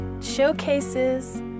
showcases